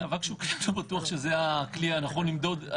אבק שוקע, לא בטוח שזה הכלי הנכון למדוד.